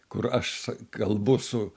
kur aš s kalbu su